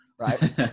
Right